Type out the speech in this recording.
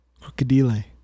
Crocodile